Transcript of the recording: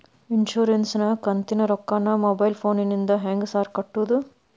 Insurance ಕಂತಿನ ರೊಕ್ಕನಾ mobile ಫೋನಿಂದ ಹೆಂಗ್ ಸಾರ್ ಕಟ್ಟದು?